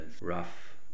rough